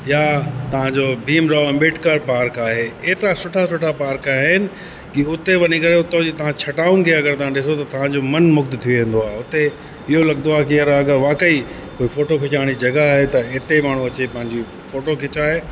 या तव्हांजो भीमराव आंबेडकर पार्क आहे एतिरा सुठा सुठा पार्क आहिनि कि हुते वञी करे हुतो जी तव्हां छटाउनि खे अगरि तव्हां ॾिसो त तव्हांजो मन मुग्द थी वेंदो आहे हुते इहो लॻंदो आहे कि अगरि वाक़ई कोई फ़ोटो खिचाइण जी जॻह आहे त हिते माण्हू अचे पंहिंजी फ़ोटो खिचाए